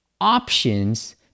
options